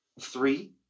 three